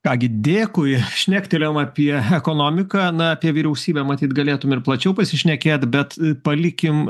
ką gi dėkui šnektelėjom apie ekonomiką na apie vyriausybę matyt galėtum ir plačiau pasišnekėt bet palikim